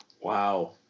Wow